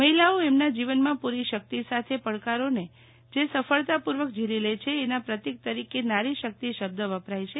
મહિલાઓ એમના જીવનમાં પૂરી શક્તિ સાથે પડકારોને જે સફળતા પૂર્વક ઝીલી લે છે એના પ્રતિક તરીકે નારી શક્તિ શબ્દ વપરાય છે